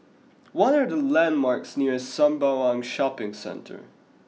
what are the landmarks near Sembawang Shopping Centre